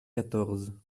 quatorze